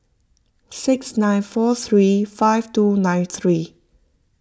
six nine four three five two nine three